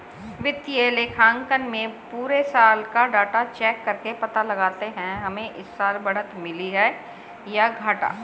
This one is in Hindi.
वित्तीय लेखांकन में पुरे साल का डाटा चेक करके पता लगाते है हमे इस साल बढ़त मिली है या घाटा